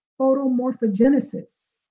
photomorphogenesis